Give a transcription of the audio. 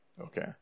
Okay